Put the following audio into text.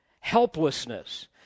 helplessness